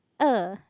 oh